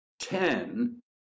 Ten